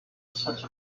such